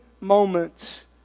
moments